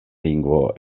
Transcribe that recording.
lingvo